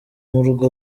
murwa